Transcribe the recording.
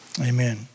amen